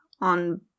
on